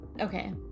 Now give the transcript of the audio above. Okay